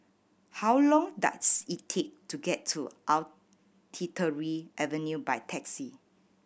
how long does it take to get to Artillery Avenue by taxi